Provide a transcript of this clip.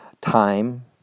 time